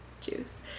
juice